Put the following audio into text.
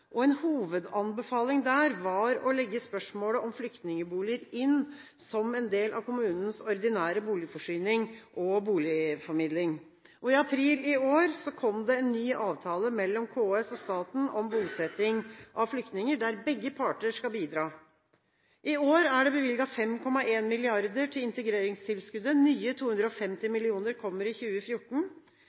kommune. En hovedanbefaling var å legge spørsmålet om flyktningeboliger inn som en del av kommunens ordinære boligforsyning og boligformidling. I april i år kom en ny avtale mellom KS og staten om bosetting av flyktninger, der begge parter skal bidra. I år er det bevilget 5,1 mrd. kr til integreringstilskuddet. Nye 250 mill. kr kommer i 2014.